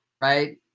right